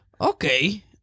Okay